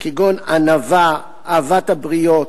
כגון ענווה, אהבת הבריות,